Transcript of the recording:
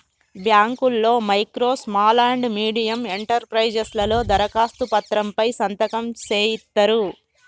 బాంకుల్లో micro small and medium enterprises లలో దరఖాస్తు పత్రం పై సంతకం సేయిత్తరు